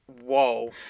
Whoa